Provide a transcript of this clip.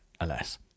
alas